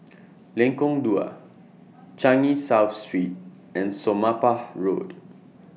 Lengkong Dua Changi South Street and Somapah Road